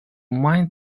main